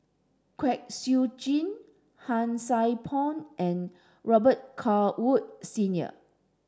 Kwek Siew Jin Han Sai Por and Robet Carr Woods Senior